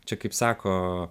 čia kaip sako